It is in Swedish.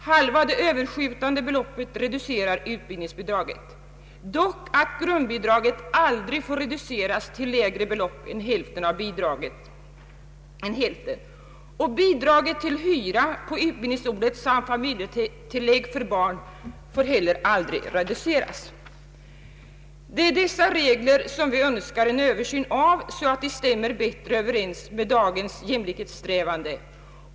Halva det överskjutande beloppet reducerar utbildningsbidraget, dock att grundbidraget aldrig får reduceras till lägre belopp än hälften och att bidraget till hyra på utbildningsorten samt familjetillägget för barn heller aldrig får reduceras. Vi önskar nu få till stånd en översyn av dessa regler, så att de stämmer bättre överens med dagens jämlikhetssträvanden.